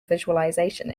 visualization